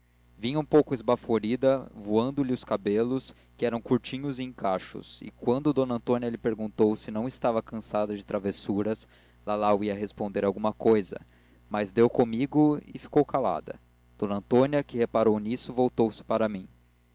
vinha um pouco esbaforida voando lhe os cabelos que eram curtinhos e em cachos e quando d antônia lhe perguntou se não estava cansada de travessuras lalau ia responder alguma cousa mas deu comigo e ficou calada d antônia que reparou nisso voltou-se para mim